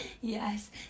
Yes